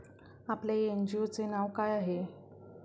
आपल्या एन.जी.ओ चे नाव काय आहे?